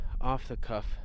off-the-cuff